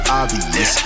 obvious